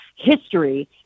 history